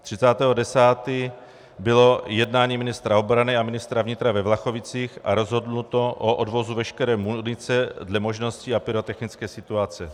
Dne 30. 10 bylo jednání ministra obrany a ministra vnitra ve Vlachovicích a rozhodnuto o odvozu veškeré munice dle možností a pyrotechnické situace.